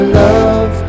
love